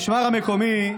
אתה צריך,